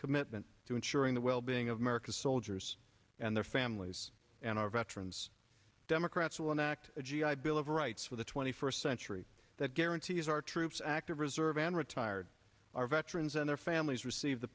commitment to ensuring the well being of american soldiers and their families and our veterans democrats will enact a g i bill of rights for the twenty first century that guarantees our troops active reserve and retired our veterans and their families receive the